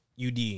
UD